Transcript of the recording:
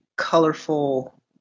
colorful